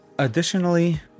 Additionally